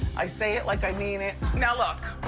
i say it like i mean it. now look,